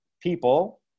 people